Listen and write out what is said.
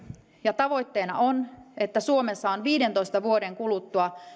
ja tavoitteena on että suomessa on viidentoista vuoden kuluttua